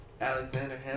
Alexander